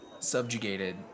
Subjugated